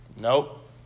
Nope